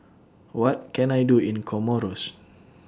What Can I Do in Comoros